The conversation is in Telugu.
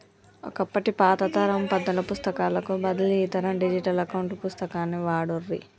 ఒకప్పటి పాత తరం పద్దుల పుస్తకాలకు బదులు ఈ తరం డిజిటల్ అకౌంట్ పుస్తకాన్ని వాడుర్రి